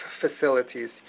facilities